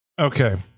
Okay